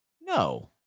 no